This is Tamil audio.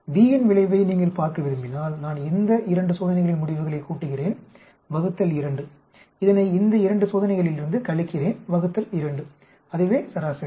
B இன் விளைவை நீங்கள் பார்க்க விரும்பினால் நான் இந்த 2 சோதனைகளின் முடிவுகளைக் கூட்டுகிறேன் ÷ 2 இதனை இந்த இரண்டு சோதனைகளிலிருந்து கழிக்கிறேன் ÷ 2 அதுவே சராசரி